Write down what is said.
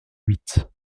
huit